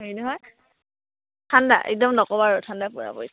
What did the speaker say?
হেৰি নহয় ঠাণ্ডা একদম নক'বা আৰু ঠাণ্ডা পূৰা পৰিছে